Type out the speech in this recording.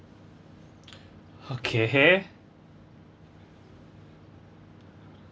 okay